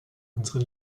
unseren